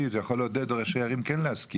זה יכול לעודד ראשי ערים כן להסכים.